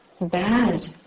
bad